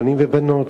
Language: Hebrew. בנים ובנות,